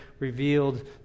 Revealed